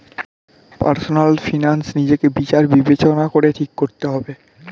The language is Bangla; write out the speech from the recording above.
পার্সোনাল ফিনান্স নিজেকে বিচার বিবেচনা করে ঠিক করতে হবে